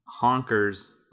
honkers